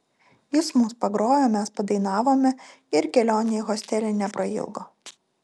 jis mums pagrojo mes padainavome ir kelionė į hostelį neprailgo